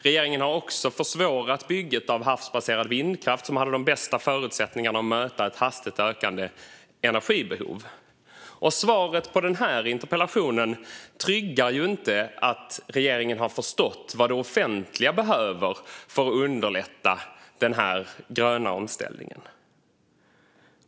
Regeringen har också försvårat bygget av havsbaserad vindkraft som hade de bästa förutsättningarna att möta ett hastigt ökande energibehov. Svaret på interpellationen tryggar inte att regeringen har förstått vad det offentliga behöver göra för att underlätta den gröna omställningen.